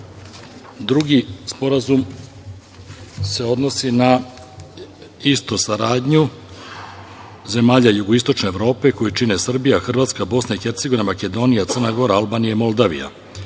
sporazum se odnosi na saradnju zemalja jugoistočne Evrope koji čine Srbija, Hrvatska, Bosna i Hercegovina, Makedonija, Crna Gora, Albanija i Moldavija.